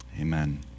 amen